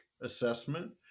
assessment